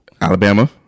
Alabama